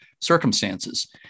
circumstances